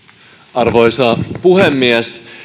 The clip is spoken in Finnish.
arvoisa puhemies